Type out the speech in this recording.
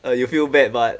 uh you feel bad but